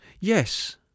Yes